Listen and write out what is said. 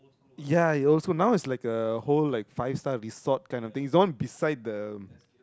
ya it also now is like a whole like five star resort kind of thing is the one beside the